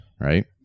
Right